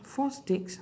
four sticks